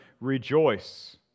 rejoice